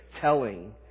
telling